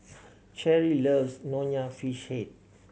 Cherie loves Nonya Fish Head